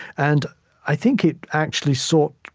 and i think it actually sought,